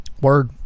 Word